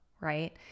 right